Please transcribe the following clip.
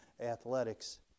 athletics